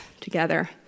together